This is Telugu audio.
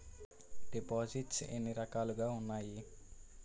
దిపోసిస్ట్స్ ఎన్ని రకాలుగా ఉన్నాయి?